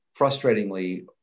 frustratingly